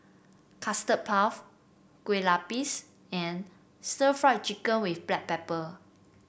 Custard Puff Kue Lupis and Stir Fried Chicken with Black Pepper